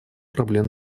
проблем